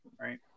Right